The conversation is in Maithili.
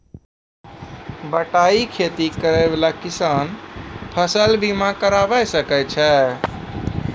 बटाई खेती करै वाला किसान फ़सल बीमा करबै सकै छौ?